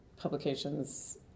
publications